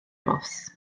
nos